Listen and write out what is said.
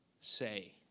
say